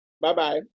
Bye-bye